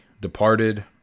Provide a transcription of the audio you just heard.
Departed